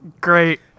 Great